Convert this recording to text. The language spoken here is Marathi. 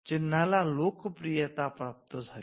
चिन्हाला लौकिकलोकप्रियता प्राप्त झाली